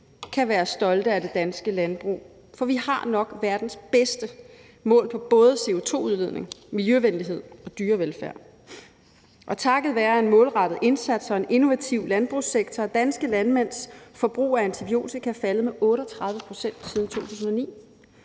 kan være stolte af det danske landbrug, for vi har nok verdens bedste målt på både CO2-udledning, miljøvenlighed og dyrevelfærd. Og takket være en målrettet indsats og en innovativ landbrugssektor er danske landmænds forbrug af antibiotika faldet med 38 pct. siden 2009.